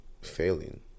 failing